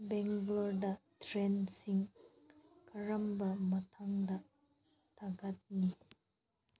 ꯕꯦꯡꯒꯂꯣꯔꯗ ꯇ꯭ꯔꯦꯟꯁꯤꯡ ꯀꯔꯝꯕ ꯃꯇꯝꯗ ꯊꯥꯒꯅꯤ